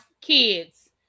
kids